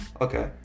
Okay